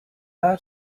are